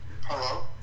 Hello